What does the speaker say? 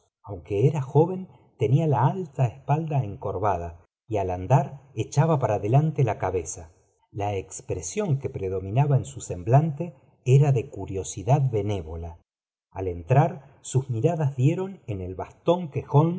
aunque era joven tenía la alta espalda encorvada y al andar echaba para adelante la cabeza ea expresión que predominaba en su semblante era de curiosidad benévola al entrar sus miradas dieron en el bastón que